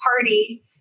party